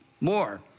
more